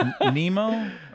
Nemo